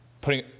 putting